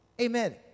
Amen